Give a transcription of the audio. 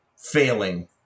failing